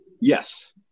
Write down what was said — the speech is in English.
Yes